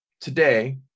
today